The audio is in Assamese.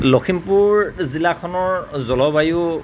লখিমপুৰ জিলাখনৰ জলবায়ু